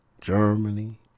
Germany